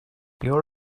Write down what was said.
your